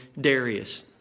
Darius